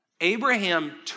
Abraham